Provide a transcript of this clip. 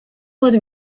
was